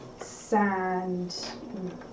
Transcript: sand